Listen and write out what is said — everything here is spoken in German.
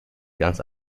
ganz